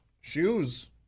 shoes